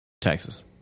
Texas